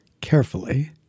carefully